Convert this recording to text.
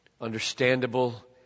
understandable